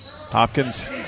Hopkins